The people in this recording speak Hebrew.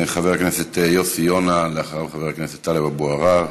חבר הכנסת יוסי יונה, ואחריו, טלב עבו עראר.